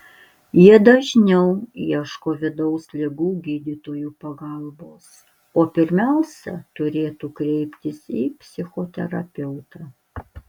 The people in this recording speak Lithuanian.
jie dažniau ieško vidaus ligų gydytojų pagalbos o pirmiausia turėtų kreiptis į psichoterapeutą